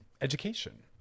education